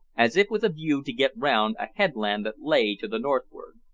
as if with a view to get round a headland that lay to the northward.